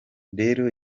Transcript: rero